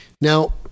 Now